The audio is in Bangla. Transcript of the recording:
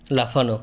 লাফানো